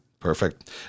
Perfect